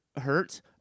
hurt